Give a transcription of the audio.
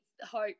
hope